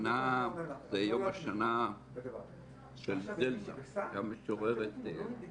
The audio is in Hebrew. בשביל מה צריך שר משפטים אם לראש הממשלה יש את אלה שיצביעו ויעשו